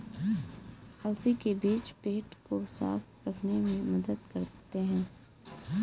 अलसी के बीज पेट को साफ़ रखने में मदद करते है